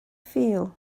feel